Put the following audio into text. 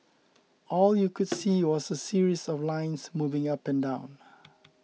all you could see was a series of lines moving up and down